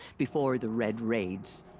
before the red raids.